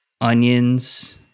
Onions